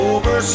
Over